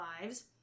lives